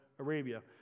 Arabia